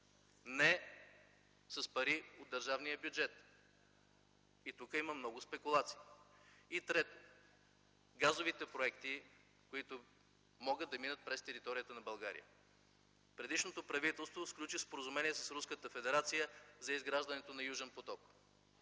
не с пари от държавния бюджет. И тук има много спекулации. И, трето, газовите проекти, които могат да минат през територията на България. Предишното правителство сключи споразумение с Руската федерация за изграждането на „Южен поток”